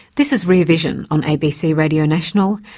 this is rear vision on abc radio national,